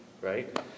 Right